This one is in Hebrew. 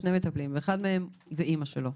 יש לו שני מטפלים ואחד מהם זה אמא שלו,